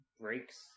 breaks